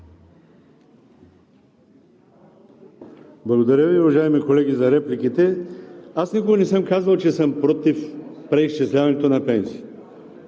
Благодаря Ви, уважаеми колеги за репликите. Аз никога не съм казвал, че съм против преизчисляването на пенсиите.